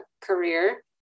career